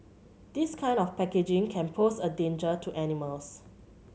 this kind of packaging can pose a danger to animals